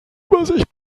übersicht